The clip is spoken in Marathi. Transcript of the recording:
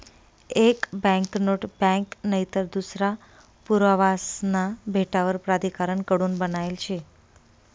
एक बँकनोट बँक नईतर दूसरा पुरावासना भेटावर प्राधिकारण कडून बनायेल शे